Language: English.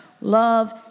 love